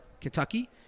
Kentucky